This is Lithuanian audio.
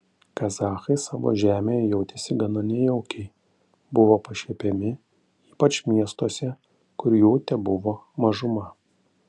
kazachai savo žemėje jautėsi gana nejaukiai buvo pašiepiami ypač miestuose kur jų tebuvo mažuma